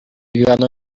ibihano